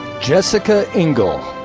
jessica ingle.